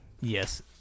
Yes